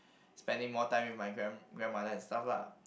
spending more time with my grand grandmother and stuff lah